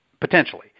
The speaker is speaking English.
potentially